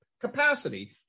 capacity